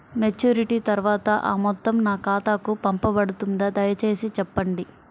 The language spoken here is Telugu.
మెచ్యూరిటీ తర్వాత ఆ మొత్తం నా ఖాతాకు పంపబడుతుందా? దయచేసి చెప్పండి?